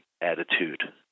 attitude